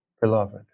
beloved